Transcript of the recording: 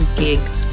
gigs